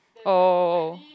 oh